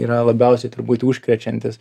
yra labiausiai turbūt užkrečiantis